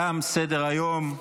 תם סדר-היום.